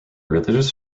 religious